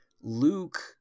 Luke